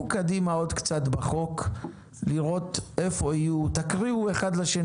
קדימה עוד קצת בחוק לראות איפה יהיו תקריאו אחד לשני